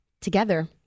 together